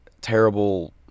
terrible